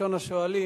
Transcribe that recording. ראשון השואלים,